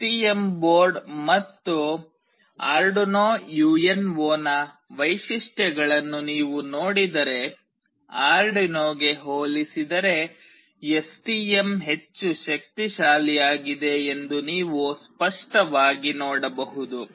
STM board ಮತ್ತು Arduino ಯುಎನ್ಒನ ವೈಶಿಷ್ಟ್ಯಗಳನ್ನು ನೀವು ನೋಡಿದರೆ ಆರ್ಡುನೊಗೆ ಹೋಲಿಸಿದರೆ ಎಸ್ಟಿಎಂ ಹೆಚ್ಚು ಶಕ್ತಿಶಾಲಿಯಾಗಿದೆ ಎಂದು ನೀವು ಸ್ಪಷ್ಟವಾಗಿ ನೋಡಬಹುದು